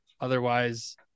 otherwise